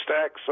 stacks